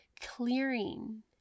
clearing